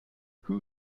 who